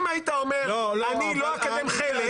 אם היית אומר: אני לא אקדם חלק הכול בסדר.